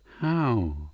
How